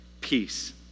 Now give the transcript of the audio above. peace